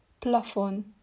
plafon